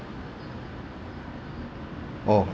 oh